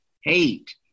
hate